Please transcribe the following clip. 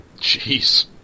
Jeez